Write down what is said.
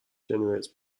generates